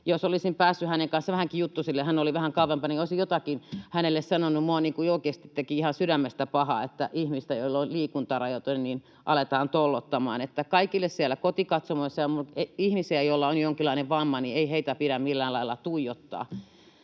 jos olisin päässyt hänen kanssaan vähänkin juttusille — hän oli vähän kauempana — niin olisin jotakin hänelle sanonut. Minulla oikeasti teki ihan sydämestä pahaa, että ihmistä, jolla on liikuntarajoite, aletaan tollottamaan. Että kaikille siellä kotikatsomoissa ja muualla: Ihmisiä, joilla on jonkinlainen vamma, ei pidä millään lailla tuijottaa.